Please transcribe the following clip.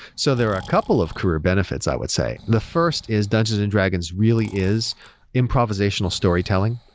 so there are a couple of career benefits, i would say. the first is dungeons and dragons really is improvisational storytelling,